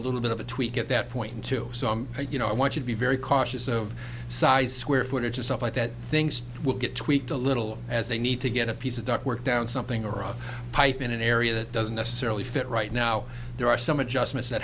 little bit of a tweak at that point to some you know i want to be very cautious of size square footage of stuff like that things will get tweaked a little as they need to get a piece of duct work down something or a pipe in an area that doesn't necessarily fit right now there are some adjustments that